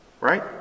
Right